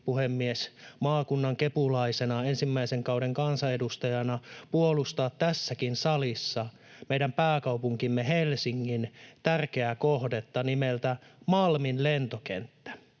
puhemies, maakunnan kepulaisena ensimmäisen kauden kansanedustajana puolustaa tässäkin salissa meidän pääkaupunkimme Helsingin tärkeää kohdetta nimeltä Malmin lentokenttä,